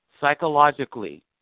psychologically